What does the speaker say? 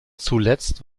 zuletzt